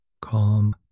Calm